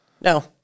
No